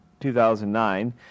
2009